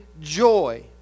joy